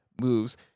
moves